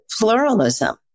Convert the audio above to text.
pluralism